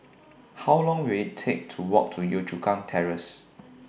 How Long Will IT Take to Walk to Yio Chu Kang Terrace